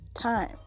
time